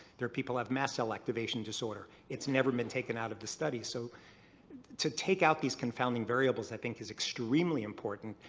there are people that have mast cell activation disorder. it's never been taken out of the studies. so to take out these confounding variables i think is extremely important,